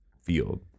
field